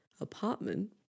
apartment